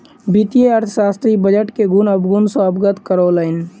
वित्तीय अर्थशास्त्री बजट के गुण अवगुण सॅ अवगत करौलैन